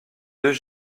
deux